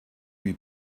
lui